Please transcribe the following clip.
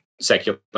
secular